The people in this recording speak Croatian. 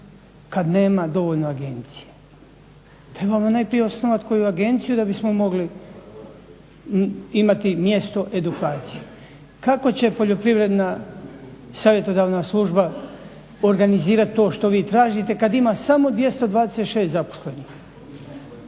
kada nema dovoljno agencije? Trebamo najprije osnovati koju agenciju da bismo mogli imati mjesto edukacije. Kako će poljoprivredna savjetodavna služba organizirati to što vi tražite kada ima samo 226 zaposlenih.